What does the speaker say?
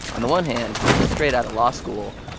on the one hand, he's straight out of law school,